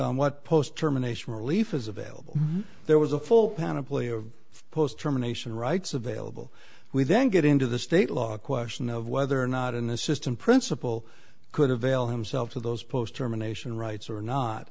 on what post terminations relief is available there was a full panoply of post terminations rights available we then get into the state law question of whether or not an assistant principal could have veil himself for those post terminations rights or not